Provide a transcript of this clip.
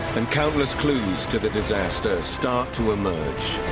and countless clues to the disaster start to emerge.